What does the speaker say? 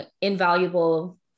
invaluable